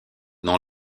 non